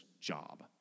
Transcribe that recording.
job